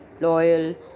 loyal